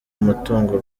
umutungo